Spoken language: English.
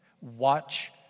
Watch